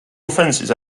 offences